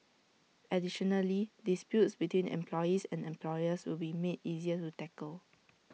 additionally disputes between employees and employers will be made easier to tackle